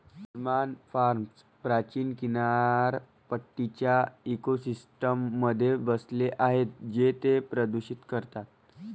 salmon farms प्राचीन किनारपट्टीच्या इकोसिस्टममध्ये बसले आहेत जे ते प्रदूषित करतात